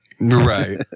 Right